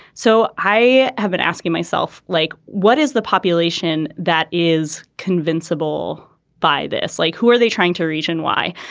so i have been asking myself like what is the population that is convincing all by this. like who are they trying to reason why.